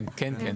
כן, כן.